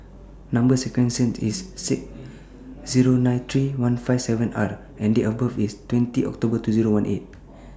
Number sequence IS S six Zero nine three one five seven R and Date of birth IS twenty October two Zero one eight